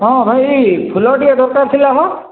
ହଁ ଭାଇ ଫୁଲ ଟିକେ ଦରକାର ଥିଲା ମ